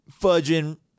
fudging